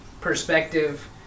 perspective